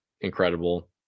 incredible